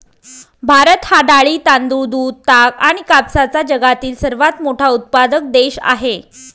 भारत हा डाळी, तांदूळ, दूध, ताग आणि कापसाचा जगातील सर्वात मोठा उत्पादक देश आहे